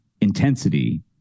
intensity